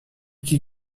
qui